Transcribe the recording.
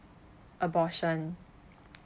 abortion